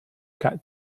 cut